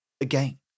again